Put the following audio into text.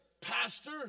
pastor